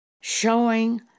Showing